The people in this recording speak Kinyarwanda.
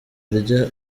arya